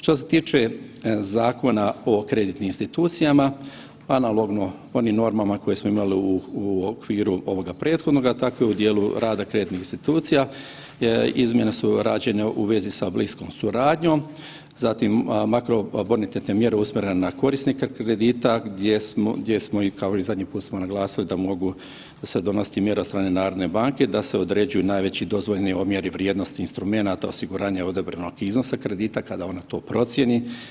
Što se tiče Zakona o kreditnim institucijama analogno onim normama koje smo imali u okviru ovoga prethodnoga tako i u dijelu rada kreditnih institucija, izmjene su rađene u vezi sa bliskom suradnjom, zatim makrobonitetne mjere usmjerene na korisnika kredita gdje smo kao i zadnji put smo naglasili da mogu se donositi mjere od strane narodne banke da se određuju najveći dozvoljeni omjeri vrijednosti instrumenata osiguranja odobrenog iznosa kredita kada ona to procijeni.